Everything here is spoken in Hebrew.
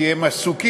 כי הם עסוקים,